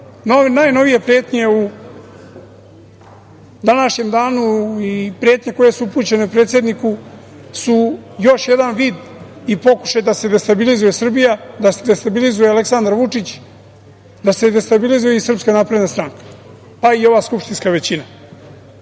prete. Najnovije pretnje u današnjem danu i pretnje koje su upućene predsedniku su još jedan vid i pokušaj da se destabilizuje Srbija, da se destabilizuje Aleksandar Vučić, da se destabilizuje SNS, pa i ova skupštinska većina. Poruka